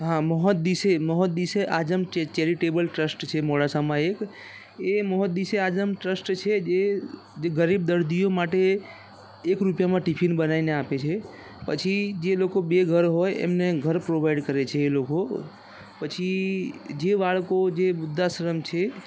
હા Mohaddise Mohaddise Azam charitable trust છે મોડાસામાં એક એ મોહદ્દિસે આજમ ટ્રસ્ટ છે એ ગરીબ દર્દીઓ માટે એક રૂપિયામાં ટિફિન બનાવીને આપે છે પછી જે લોકો બેઘર હોય તેમને ઘર પ્રોવાઈડ કરે છે એ લોકો પછી જે બાળકો જે વૃદ્ધાશ્રમ છે